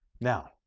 Now